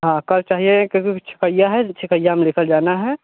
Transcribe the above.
हाँ कल चाहिए क्योंकि छेकैया है छेकैया में लेकर जाना है